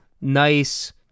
nice